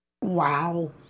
wow